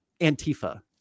antifa